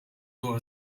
door